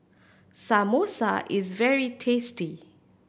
samosa is very tasty